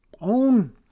own